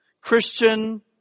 Christian